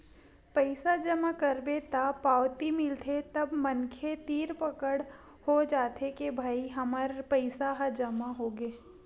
पइसा जमा करबे त पावती मिलथे तब मनखे तीर पकड़ हो जाथे के भई हमर पइसा ह जमा होगे